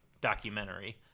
documentary